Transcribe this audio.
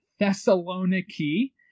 Thessaloniki